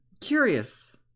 Curious